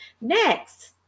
Next